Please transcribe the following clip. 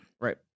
Right